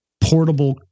portable